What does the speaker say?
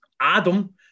Adam